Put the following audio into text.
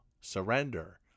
surrender